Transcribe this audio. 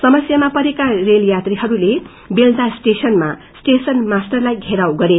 समस्यामा पेरेका रेलयत्ररीहरूले बेलदा स्टेशन मा स्टेशन मास्टरलाई घेराउ गरे